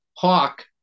hawk